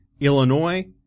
Illinois